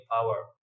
power